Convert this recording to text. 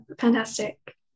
fantastic